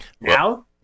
Now